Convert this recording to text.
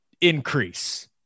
increase